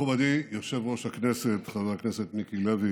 מכובדי יושב-ראש הכנסת חבר הכנסת מיקי לוי,